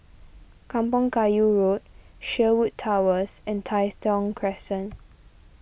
Kampong Kayu Road Sherwood Towers and Tai Thong Crescent